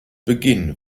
beginn